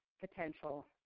potential